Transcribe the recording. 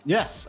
Yes